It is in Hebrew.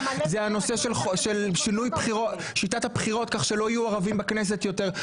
זה הנושא של שינוי בחירות שיטת הבחירות כך שלא יהיו ערבים בכנסת יותר,